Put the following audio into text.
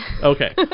Okay